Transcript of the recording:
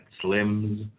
Slim's